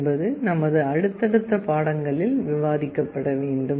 என்பது நமது அடுத்தடுத்த பாடங்களில் விவாதிக்கப்பட வேண்டும்